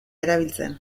erabiltzen